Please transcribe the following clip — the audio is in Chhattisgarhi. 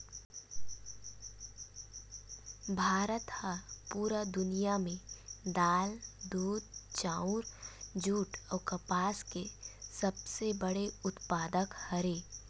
भारत हा पूरा दुनिया में दाल, दूध, चाउर, जुट अउ कपास के सबसे बड़े उत्पादक हरे